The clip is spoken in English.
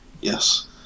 Yes